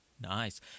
Nice